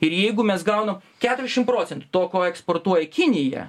ir jeigu mes gaunam keturiasdešim procentų to ko eksportuoja kinija